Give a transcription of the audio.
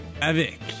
avec